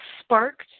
sparked